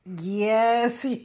Yes